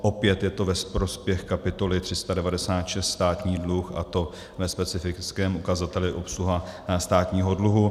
Opět je to ve prospěch kapitoly 396 Státní dluh, a to ve specifickém ukazateli obsluha státního dluhu.